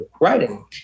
writing